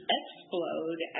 explode